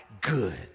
good